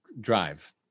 drive